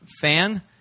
fan